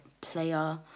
player